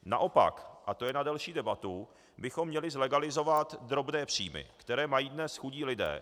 Naopak, a to je na delší debatu, bychom měli zlegalizovat drobné příjmy, které mají dnes chudí lidé.